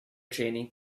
training